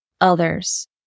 others